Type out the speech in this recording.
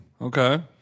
Okay